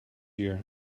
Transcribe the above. year